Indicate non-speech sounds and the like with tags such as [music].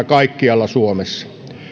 [unintelligible] kaikkialla suomessa